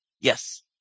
Yes